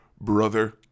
brother